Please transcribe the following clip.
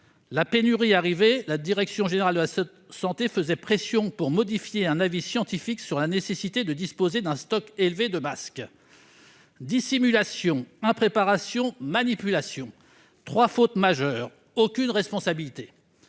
la pénurie arrivée, la DGS faisait pression pour modifier un avis scientifique sur la nécessité de disposer d'un stock élevé de masques. Dissimulation, impréparation, manipulation : trois fautes majeures, aucune responsabilité,